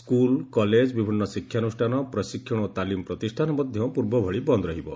school college ବିଭିନ୍ନ ଶିକ୍ଷାନୁଷ୍ଠାନ ପ୍ରଶିକ୍ଷଣ ଓ ତାଲିମ୍ ପ୍ରତିଷ୍ଠାନ ମଧ୍ୟ ପୂର୍ବଭଳି ବନ୍ଦ୍ ରହିବ